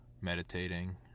meditating